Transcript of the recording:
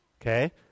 okay